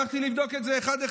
הלכתי לבדוק את זה אחד-אחד.